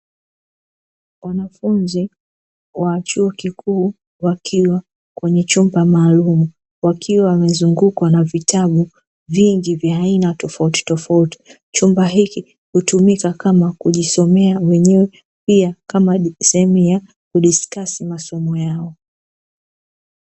Wanafunzi wa chuo kikuu wakiwa kwenye chumba maalumu, wakiwa wamezungukwa na vitabu vingi vya aina tofautitofauti, chumba hiki hutumika kama kujisomea mwenyewe pia kama sehemu ya kudisiskasi masomo yao.